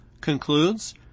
concludes